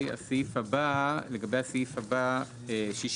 הסעיף הבא, 63ב,